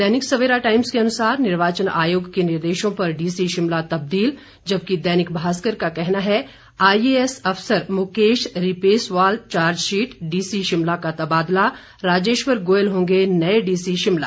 दैनिक Savera Times के अनुसार निर्वाचन आयोग के निर्देशों पर डीसी शिमला तबदील जबकि दैनिक भास्कर का कहना है आईएएस अफसर मुकेश रिपेसवाल चार्जशीट डीसी शिमला का तबादला राजेश्वर गोयल होंगे नए डीसी शिमला